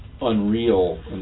unreal